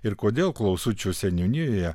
ir kodėl klausučių seniūnijoje